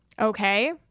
Okay